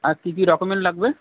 আর কী কী ডকুমেন্ট লাগবে